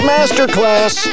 Masterclass